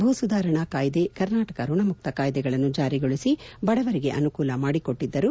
ಭೂ ಸುಧಾರಣಾ ಕಾಯ್ವೆ ಕರ್ನಾಟಕ ಋಣಮುಕ್ತ ಕಾಯ್ವೆಗಳನ್ನು ಜಾರಿಗೊಳಿಸಿ ಬಡವರಿಗೆ ಅನುಕೂಲ ಮಾಡಿಕೊಟ್ಟದ್ದರು